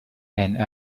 and